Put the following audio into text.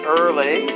early